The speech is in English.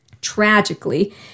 Tragically